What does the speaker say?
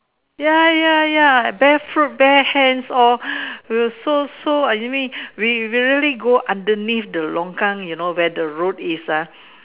ya ya ya bare foot bare hand all we are so so you mean we we really go underneath the longkang you know where the road is ah